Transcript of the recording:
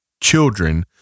children